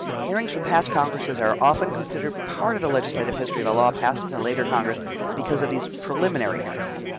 hearings from past congresses are often considered part of the legislative history of a law passed in a later congress because of these preliminary hearings.